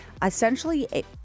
Essentially